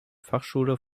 fachschule